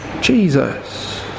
Jesus